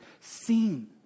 seen